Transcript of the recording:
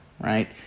Right